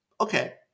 Okay